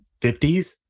50s